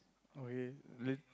okay